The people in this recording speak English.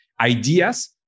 ideas